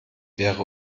wäre